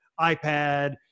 ipad